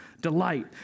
delight